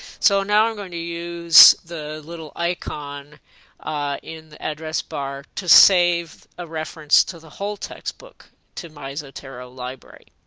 so now i'm going to use the little icon in the address bar to save a reference to the whole textbook to my zotero library.